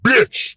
Bitch